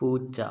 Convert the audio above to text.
പൂച്ച